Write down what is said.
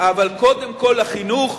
אבל קודם כול החינוך,